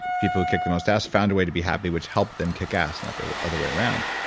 the people who kick the most ass found a way to be happy which helped them kick ass, not the other way around.